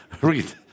read